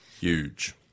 Huge